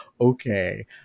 okay